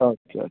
okay okay